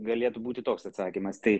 galėtų būti toks atsakymas tai